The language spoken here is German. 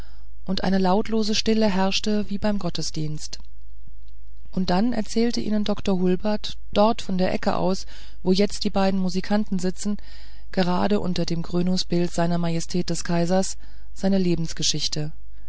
und eine lautlose stille herrschte wie beim gottesdienst und dann erzählte ihnen dr hulbert dort von der ecke aus wo jetzt die beiden musikanten sitzen gerade unter dem krönungsbilde seiner majestät des kaisers seine lebensgeschichte